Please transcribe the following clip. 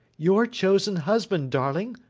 your chosen husband, darling.